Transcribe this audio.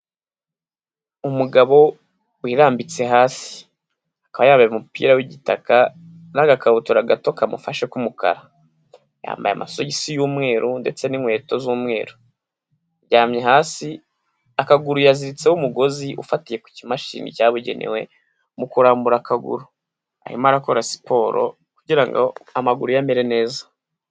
Umugabo wirambitse hasi. Akaba yambaye umupira w'igitaka n'agakabutura gato kamufashe k'umukara. Yambaye amasogisi y'umweru ndetse n'inkweto z'umweru. Aryamye hasi, akaguru yaziritseho umugozi ufatiye ku kimashini cyabugenewe mu kurambura akaguru. Arimo arakora siporo kugira ngo amaguru ye amere neza.